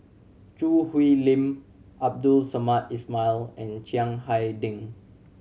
Choo Hwee Lim Abdul Samad Ismail and Chiang Hai Ding